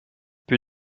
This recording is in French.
peu